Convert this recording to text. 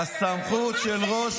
הסמכות של ראש, מה זה?